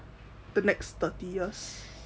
the next thirty years